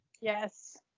yes